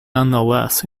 nonetheless